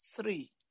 three